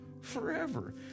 forever